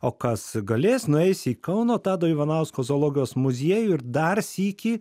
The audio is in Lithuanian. o kas galės nueis į kauno tado ivanausko zoologijos muziejų ir dar sykį